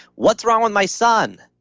what's wrong with my son?